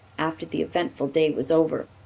after the eventful day was over.